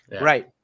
Right